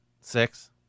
Six